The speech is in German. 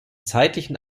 zeitlichen